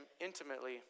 intimately